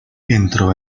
entró